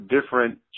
different